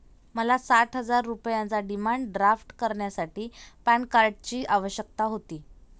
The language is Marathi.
मला साठ हजार रुपयांचा डिमांड ड्राफ्ट करण्यासाठी पॅन कार्डची आवश्यकता होती